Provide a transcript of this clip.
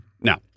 Now